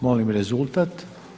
Molim rezultat.